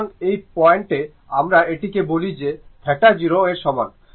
সুতরাং এই পয়েন্টে আমরা এটিকে বলি যে θ 0 এর সমান